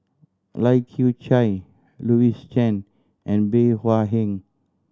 Lai Kew Chai Louis Chen and Bey Hua Heng